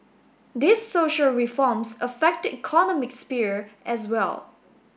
these social reforms affect the economic sphere as well